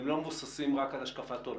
שאתה אומר והם לא מבוססים רק על השקפת עולם.